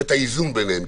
ואת האיזון ביניהם,